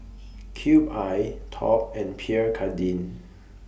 Cube I Top and Pierre Cardin